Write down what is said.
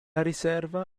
riserva